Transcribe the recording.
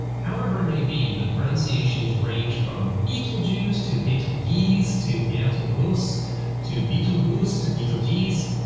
however it may be, the pronunciations range from beetle-juice to bay-tal-keys to battle-ghosts to beetle-goose to beetle-jeez.